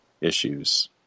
issues